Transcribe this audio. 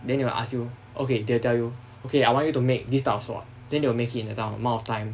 then they will ask you okay they'll tell you okay I want you to make this type of sword then will make it in that the amount of time